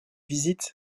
visites